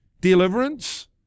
deliverance